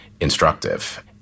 instructive